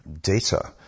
data